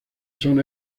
son